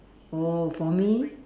oh for me